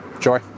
Joy